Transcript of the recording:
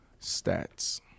Stats